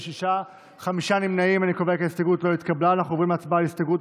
אנחנו עוברים להצבעה על הסתייגות